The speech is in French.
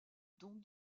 dont